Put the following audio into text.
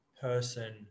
person